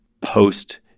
post